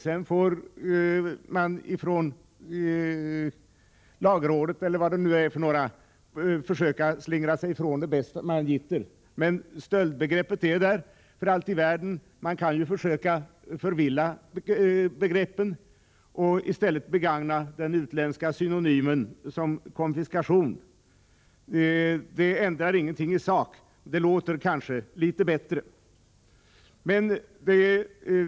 Sedan får lagrådet, eller vad det nu är för några, försöka slingra sig från det bäst man gitter. Men stöldbegreppet är där. Man kan försöka förvilla begreppen och i stället begagna den utländska synonymen konfiskation. Det ändrar ingenting i sak men kanske låter litet bättre.